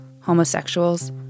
homosexuals